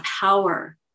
power